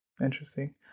interesting